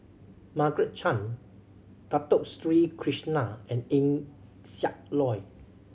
Margaret Chan Dato Sri Krishna and Eng Siak Loy